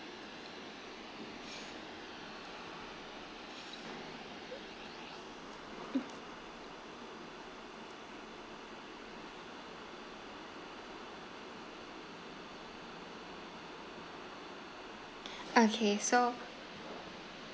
okay so